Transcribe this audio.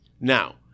now